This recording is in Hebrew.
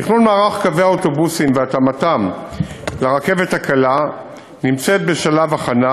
תכנון מערך קווי האוטובוסים והתאמתם לרכבת הקלה נמצא בשלב הכנה.